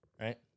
right